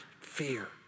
fear